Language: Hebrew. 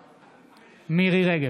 בעד מירי מרים רגב,